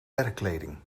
werkkleding